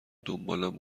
دنبالم